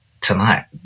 tonight